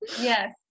Yes